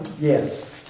Yes